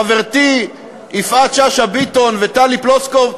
חברותי יפעת שאשא ביטון וטלי פלוסקוב,